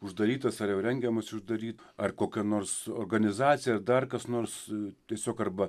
uždarytas ar jau rengiamasi uždaryti ar kokia nors organizacija ar dar kas nors tiesiog arba